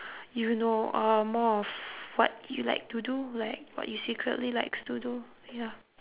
you know a more of what you like to do like what you secretly likes to do ya